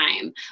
time